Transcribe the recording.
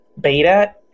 Beta